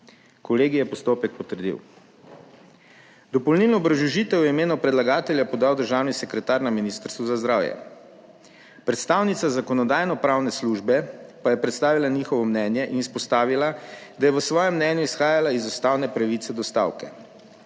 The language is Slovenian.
Kolegij je postopek potrdil. Dopolnilno obrazložitev je v imenu predlagatelja podal državni sekretar na Ministrstvu za zdravje, predstavnica Zakonodajno-pravne službe pa je predstavila njihovo mnenje in izpostavila, da je v svojem mnenju izhajala iz ustavne pravice do stavke.